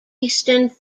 houston